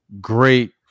great